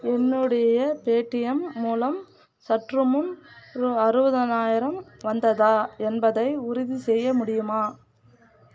என்னுடைய பேடிஎம் மூலம் சற்றுமுன் ரூபா அறுபதனாயிரம் வந்ததா என்பதை உறுதிசெய்ய முடியுமா